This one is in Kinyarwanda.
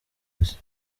isi